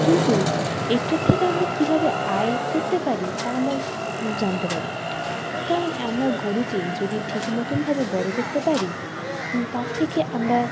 কিন্তু এটার থেকে আমরা কীভাবে আয় করতে পারি তা আমরা জানতে পারি কারণ আমরা গোরুকে যদি ঠিক মতনভাবে বড় করতে পারি তার থেকে আমরা